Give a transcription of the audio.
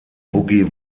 boogie